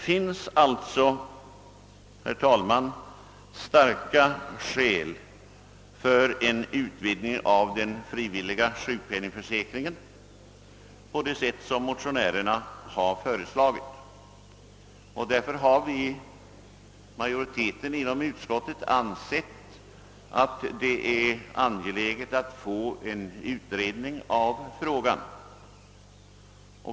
Starka skäl talar, herr talman, för en utvidgning av den frivilliga sjukpenningförsäkringen på det sätt som motionärerna föreslagit, och majoriteten inom utskottet har därför ansett det angeläget att få till stånd en utredning av frågan.